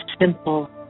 simple